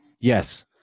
yes